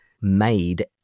made